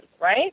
Right